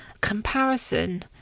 Comparison